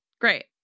Great